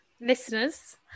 listeners